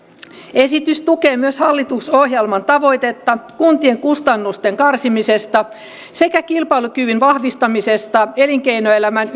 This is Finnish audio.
esitys tukee myös hallitusohjelman tavoitetta kuntien kustannusten karsimisesta sekä kilpailukyvyn vahvistamisesta elinkeinoelämän